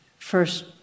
first